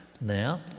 Now